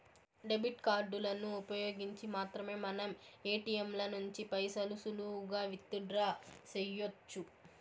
debit కార్డులను ఉపయోగించి మాత్రమే మనం ఏటియంల నుంచి పైసలు సులువుగా విత్ డ్రా సెయ్యొచ్చు